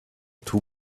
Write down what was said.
two